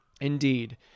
Indeed